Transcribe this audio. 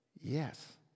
yes